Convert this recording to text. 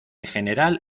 general